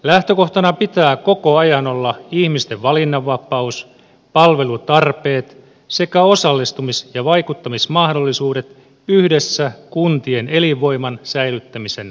lähtökohtana pitää koko ajan olla ihmisten valinnanvapaus palvelutarpeet sekä osallistumis ja vaikuttamismahdollisuudet yhdessä kuntien elinvoiman säilyttämisen kanssa